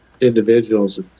individuals